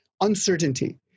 Uncertainty